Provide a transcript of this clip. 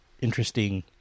interesting